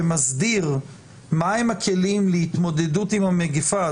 שמסדיר מה הם הכלים להתמודדות עם המגפה?